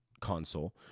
console